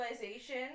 realization